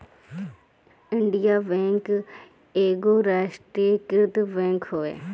Indian bank एगो राष्ट्रीयकृत bank हवे